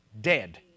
Dead